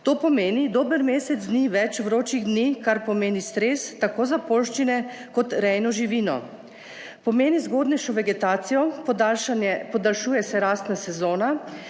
to pomeni dober mesec dni več vročih dni, kar pomeni stres tako za poljščine, kot rejno živino. Pomeni zgodnejšo vegetacijo, podaljšuje se rastna sezona,